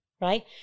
right